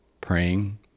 praying